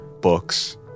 books